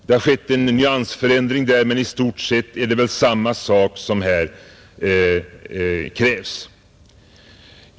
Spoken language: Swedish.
Det har sålunda blivit en nyansskillnad, men i stort sett är det väl samma sak som krävs.